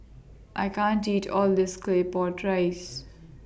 I can't eat All of This Claypot Rice